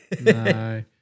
No